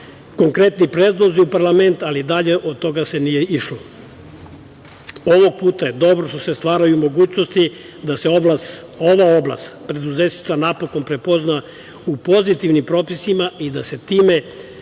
konkretni predlozi u parlament, ali dalje od toga se nije išlo. Ovog puta je dobro što se stvaraju mogućnost da se ova oblast preduzetništva napokon prepozna u pozitivnim propisima i da se time